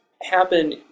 happen